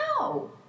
No